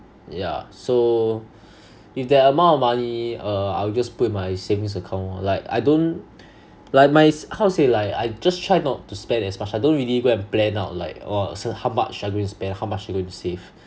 yeah so with that amount of money uh I'll just put in my savings account lor like I don't like my how to say like I just try not spend as much I don't really go and plan out like !wow! how much I'm going to spend how much I'm going to save